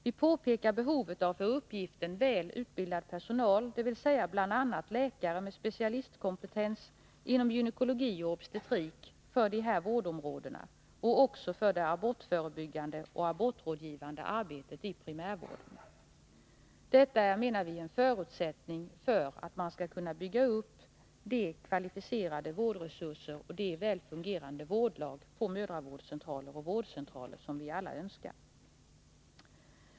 Vi påpekar behovet av för uppgiften väl utbildad personal, dvs. bl.a. läkare med specialistkompetens inom gynekologi och obstetrik och också för det abortförebyggande och abortrådgivande arbetet i primärvården. Detta är, menar vi, en förutsättning för att man skall kunna bygga upp de kvalificerade vårdresurser och de väl fungerande vårdlag på mödravårdscentraler och andra vårdcentraler som vi alla önskar.